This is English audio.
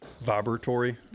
vibratory